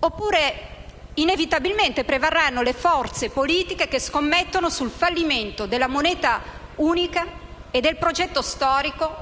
oppure inevitabilmente prevarranno le forze politiche che scommettono sul fallimento della moneta unica e del progetto storico